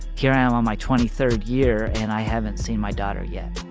here i am on my twenty third year and i haven't seen my daughter yet